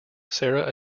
sarah